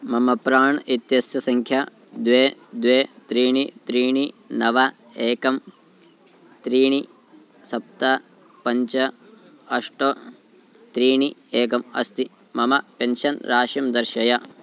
मम प्राण् इत्यस्य सङ्ख्या द्वे द्वे त्रीणि त्रीणि नव एकं त्रीणि सप्त पञ्च अष्ट त्रीणि एकम् अस्ति मम पेन्शन् राशिं दर्शय